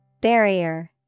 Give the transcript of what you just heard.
Barrier